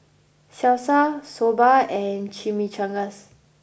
Salsa Soba and Chimichangas